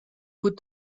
put